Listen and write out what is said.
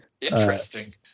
Interesting